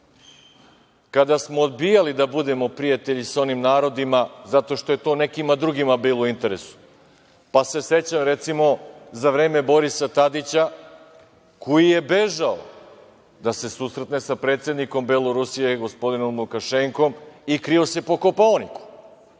kada smo odbijali da budemo prijatelji sa onim narodima zato što je to nekima drugima bilo u interesu, pa se sećam, recimo, za vreme Borisa Tadića, koji je bežao da se susretne sa predsednikom Belorusije, gospodinom Lukašenkom, i krio se po Kopaoniku. Isto